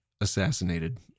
assassinated